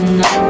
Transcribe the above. no